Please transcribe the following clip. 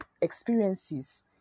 experiences